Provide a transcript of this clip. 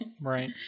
Right